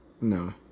No